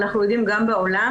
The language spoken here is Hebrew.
אנחנו עדים גם בעולם,